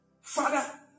Father